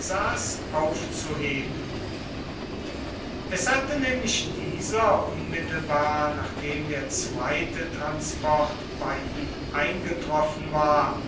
aufzuheben es hatte nämlich dieser unmittelbar nachdem der zweite transport bei ihm eingetroffen war